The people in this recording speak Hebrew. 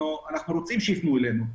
אנחנו רוצים שיפנו אלינו.